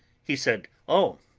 he said oh,